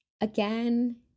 Again